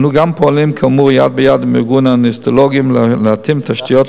אנו גם פועלים כאמור יד ביד עם איגוד הנאונטולוגים להתאים תשתיות,